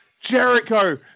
Jericho